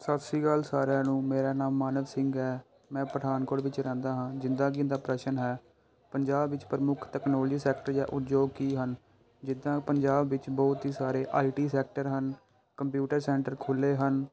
ਸਤਿ ਸ਼੍ਰੀ ਅਕਾਲ ਸਾਰਿਆਂ ਨੂੰ ਮੇਰਾ ਨਾਮ ਮਾਨਵ ਸਿੰਘ ਹੈ ਮੈਂ ਪਠਾਨਕੋਟ ਵਿੱਚ ਰਹਿੰਦਾ ਹਾਂ ਜਿੱਦਾਂ ਕਿ ਇਹਨਾਂ ਦਾ ਪ੍ਰਸ਼ਨ ਹੈ ਪੰਜਾਬ ਵਿੱਚ ਪ੍ਰਮੁੱਖ ਤੈਕਨੋਲਜੀ ਸੈਕਟਰ ਜਾਂ ਉਦਯੋਗ ਕੀ ਹਨ ਜਿੱਦਾਂ ਪੰਜਾਬ ਵਿੱਚ ਬਹੁਤ ਹੀ ਸਾਰੇ ਆਈ ਟੀ ਸੈਕਟਰ ਹਨ ਕੰਪਿਊਟਰ ਸੈਂਟਰ ਖੁੱਲ੍ਹੇ ਹਨ